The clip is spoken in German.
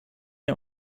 der